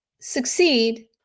succeed